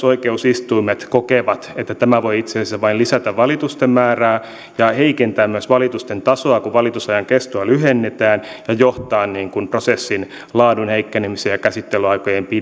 oikeusistuimet kokevat että tämä voi itse asiassa vain lisätä valitusten määrää ja heikentää myös valitusten tasoa kun valitusajan kestoa lyhennetään ja johtaa prosessin laadun heikkenemiseen ja käsittelyaikojen